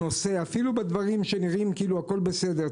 אפילו בדברים שנראה ששם הכול בסדר,